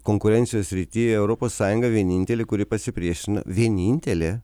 konkurencijos srity europos sąjunga vienintelė kuri pasipriešina vienintelė